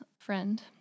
friend